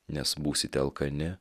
nes būsite alkani